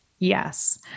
Yes